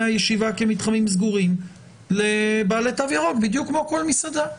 הישיבה כמתחמים סגורים לבעלי תו ירוק בדיוק כמו כל מסעדה?